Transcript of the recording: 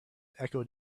echoed